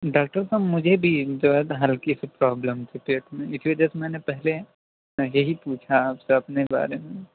doctor صاحب مجھے بھی جو ہے ہلکی سی پرابلم ہوتی ہے اسی وجہ سے میں نے پہلے یہی پوچھا آپ سے اپنے بارے میں